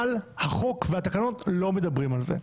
אבל החוק והתקנות לא מדברים על זה.